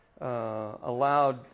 allowed